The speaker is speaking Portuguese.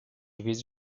vezes